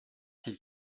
his